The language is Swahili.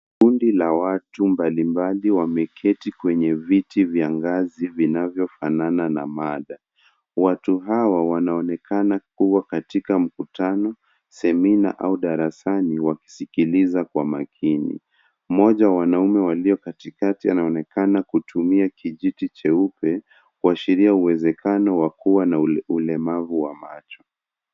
Kundi la watu mbali mbali wameketi kwenye viti vya ngazi vinavyofana na mada. Watu hawa wanaonekana kuwa katika mkutano, semina au darasani wakisikiliza kwa makini. Mmoja wa wanaume walio katikati anaonekana kutumia kijiti cheupe, kuwashiria uwezekano wa kuwa na ulemavu wa macho.